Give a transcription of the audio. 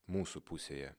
mūsų pusėje